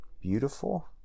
beautiful